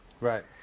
Right